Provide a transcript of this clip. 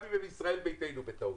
גם אם הם מישראל ביתנו בטעות.